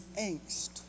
angst